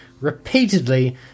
repeatedly